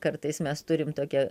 kartais mes turim tokią